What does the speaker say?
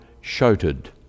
shouted